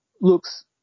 looks